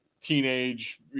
teenage